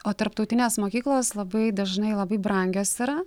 o tarptautinės mokyklos labai dažnai labai brangios yra